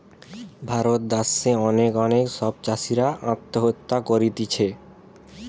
ভারত দ্যাশে অনেক অনেক সব চাষীরা আত্মহত্যা করতিছে